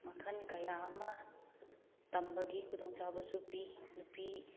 ꯃꯈꯟ ꯀꯌꯥ ꯑꯃ ꯇꯝꯕꯒꯤ ꯈꯨꯗꯣꯡ ꯆꯥꯕꯁꯨ ꯄꯤ ꯅꯨꯄꯤ